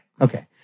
Okay